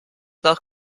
nach